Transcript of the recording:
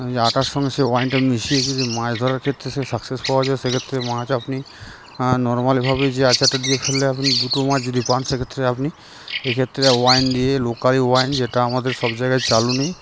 যে আটার সঙ্গে সে ওয়াইনটা মিশিয়ে যদি মাছ ধরার ক্ষেত্রে সে সাকসেস পাওয়া যায় সেক্ষেত্রে মাছ আপনি নর্মালিভাবে যে আচারটা দিয়ে ফেললে আপনি দুটো মাছ যদি পান সেক্ষেত্রে আপনি এক্ষেত্রে ওয়াইন দিয়ে লোকালই ওয়াইন যেটা আমাদের সব জায়গায় চালু নেই